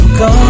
go